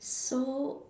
so